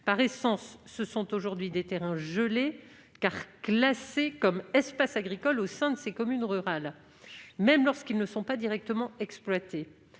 Par essence, ce sont aujourd'hui des terrains « gelés », car ils sont classés comme espaces agricoles au sein de ces communes rurales, même lorsqu'ils ne sont pas directement exploités.